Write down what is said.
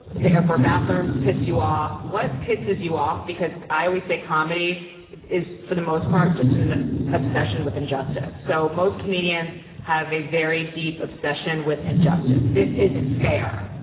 the airport bathrooms piss you off. what pisses you off? because i always say comedy is, for the most part, just an obsession with injustice. so most comedians have a very deep obsession with injustice this isn't fair.